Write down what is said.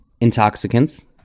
intoxicants